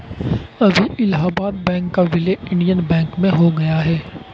अभी इलाहाबाद बैंक का विलय इंडियन बैंक में हो गया है